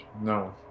No